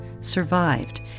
survived